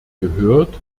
gehört